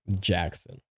Jackson